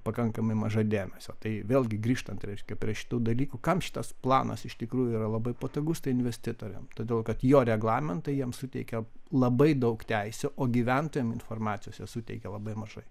pakankamai maža dėmesio tai vėlgi grįžtant reiškia prie šitų dalykų kam šitas planas iš tikrųjų yra labai patogus tai investitoriam todėl kad jo reglamentai jiems suteikia labai daug teisių o gyventojam informacijos jie suteikia labai mažai